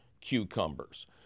cucumbers